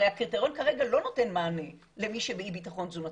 הרי הקריטריון כרגע לא נותן מענה למי שבאי ביטחון תזונתי.